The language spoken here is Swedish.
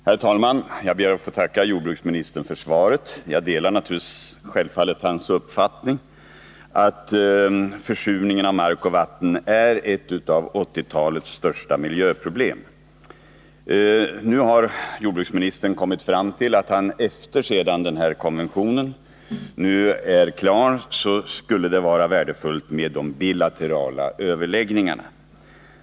Herr talman! Jag ber att få tacka jordbruksministern för svaret. Självfallet delar jag jordbruksministerns uppfattning att försurningen av mark och vatten är ett av 1980-talets största miljöproblem. Nu har jordbruksministern kommit fram till att det sedan konventionen blivit klar skulle vara värdefullt med de bilaterala överläggningarna.